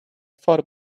thought